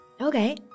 Okay